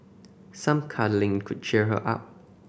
some cuddling could cheer her up